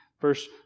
Verse